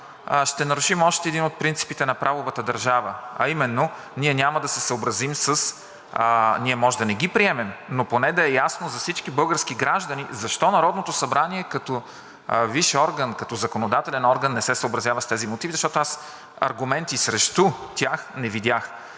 ще нарушим още един от принципите на правовата държава, а именно ние няма да се съобразим – ние може да не ги приемем, но поне да е ясно за всички български граждани защо Народното събрание като висш орган, като законодателен орган, не се съобразява с тези мотиви, защото аз аргументи срещу тях не видях